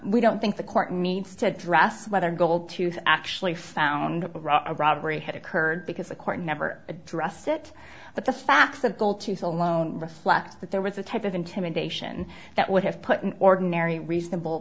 we don't think the court needs to address whether gold tooth actually found a robbery had occurred because the court never addressed it but the facts of the gold tooth alone reflect that there was a type of intimidation that would have put an ordinary reasonable